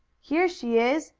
here she is!